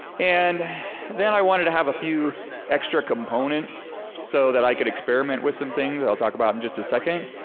and then i wanted to have a few extra components so that i could experiment with some things, i'll talk about in just a second,